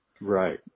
right